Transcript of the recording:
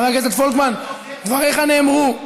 חבר הכנסת פולקמן, דבריך נאמרו.